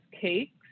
cakes